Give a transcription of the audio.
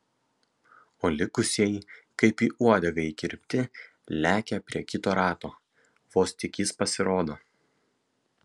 o likusieji kaip į uodegą įkirpti lekia prie kito rato vos tik jis pasirodo